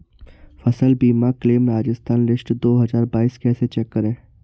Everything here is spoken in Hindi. फसल बीमा क्लेम राजस्थान लिस्ट दो हज़ार बाईस कैसे चेक करें?